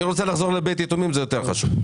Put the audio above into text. אני רוצה לחזור לבית יתומים, זה יותר חשוב.